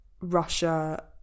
Russia